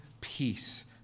peace